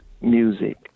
music